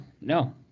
no